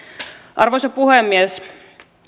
arvoisa puhemies